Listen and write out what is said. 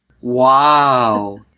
Wow